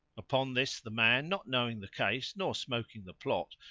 upon this the man, not knowing the case nor smoking the plot,